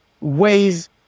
ways